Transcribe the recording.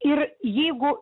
ir jeigu